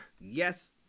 Yes